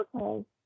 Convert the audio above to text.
Okay